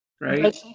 right